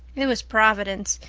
it was providence,